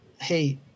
hey